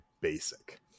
basic